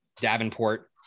Davenport